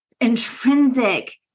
intrinsic